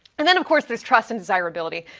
and then, of course, there's trust and desirability.